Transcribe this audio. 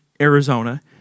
Arizona